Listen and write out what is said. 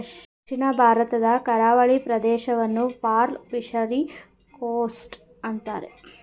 ದಕ್ಷಿಣ ಭಾರತದ ಕರಾವಳಿ ಪ್ರದೇಶವನ್ನು ಪರ್ಲ್ ಫಿಷರಿ ಕೋಸ್ಟ್ ಅಂತರೆ